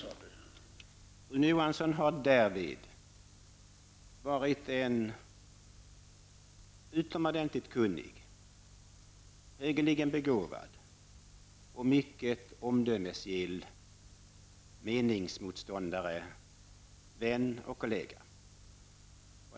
Rune Johansson har därvid varit en utomordentligt kunnig, högeligen begåvad och mycket omdömesgill meningsmotståndare, vän och kollega.